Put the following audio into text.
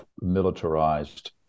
militarized